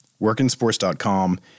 WorkinSports.com